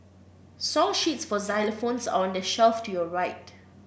song sheets for xylophones are on the shelf to your right